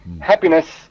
happiness